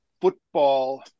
football